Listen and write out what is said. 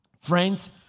Friends